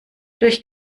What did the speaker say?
durch